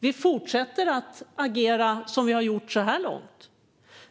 Vi fortsätter att agera som vi har gjort så här långt.